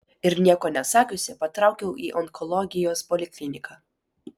ir nieko nesakiusi patraukiau į onkologijos polikliniką